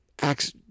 acts